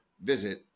visit